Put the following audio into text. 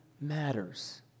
matters